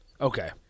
Okay